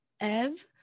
ev